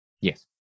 Yes